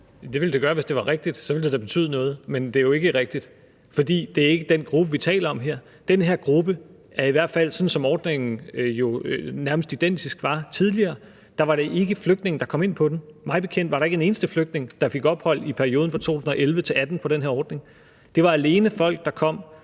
Det ville det gøre, hvis det var rigtigt. Så ville det da betyde noget. Men det er jo ikke rigtigt. For det er ikke den gruppe, vi taler om her. Den her gruppe er, i hvert fald sådan som ordningen var, jo nærmest identisk med tidligere. Da var det ikke flygtninge, der kom ind på den – mig bekendt var der ikke en eneste flygtning, der fik ophold i perioden fra 2011 til 2018, på den her